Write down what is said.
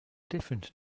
difference